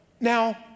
Now